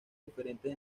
diferentes